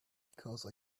because